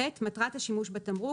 (ח)מטרת השימוש בתמרוק,